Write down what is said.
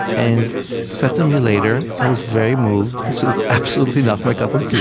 and said to me later, i was very moved. this is absolutely not my cup of tea.